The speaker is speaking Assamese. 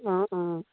অঁ অঁ